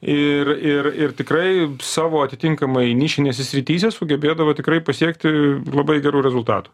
ir ir ir tikrai savo atitinkamai nišinėse srityse sugebėdavo tikrai pasiekti labai gerų rezultatų